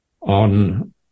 on